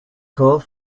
called